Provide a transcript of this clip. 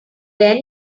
then